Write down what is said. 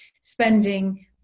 spending